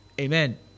Amen